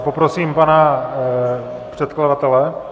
Poprosím pana předkladatele.